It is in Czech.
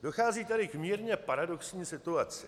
Dochází tady k mírně paradoxní situaci.